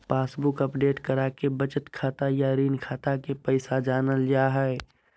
passbook update कराके बचत खाता या ऋण खाता के पैसा जानल जा हय